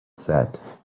said